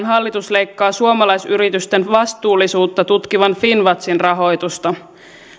hallitus leikkaa suomalaisyritysten vastuullisuutta tutkivan finnwatchin rahoitusta